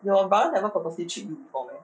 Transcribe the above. your brother never purposely treat you before meh